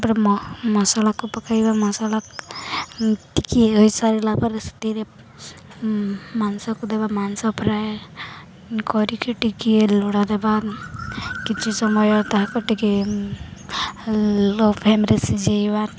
ତାପରେ ମ ମସଲାକୁ ପକାଇବା ମସଲା ଟିକଏ ହୋଇସାରିଲା ପରେ ସେଥିରେ ମାଂସକୁ ଦେବା ମାଂସ ପ୍ରାୟ କରିକି ଟିକଏ ଲୁଣ ଦେବା କିଛି ସମୟ ତାହାକୁ ଟିକେ ଲୋ ଫ୍ଲେମ୍ରେେ ସିଝେଇବା